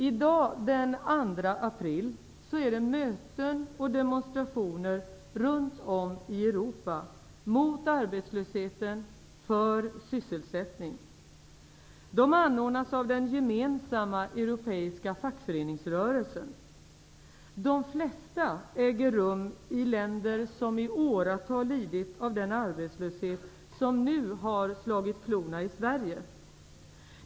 I dag, den 2 april, är det möten och demonstrationer runt om i Europa mot arbetslöshet och för sysselsättning. Demonstrationerna anordnas av den gemensamma europeiska fackföreningsrörelsen. De flesta äger rum i länder som i åratal lidit av den arbetslöshet som nu har slagit klorna i Sverige.